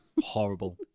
Horrible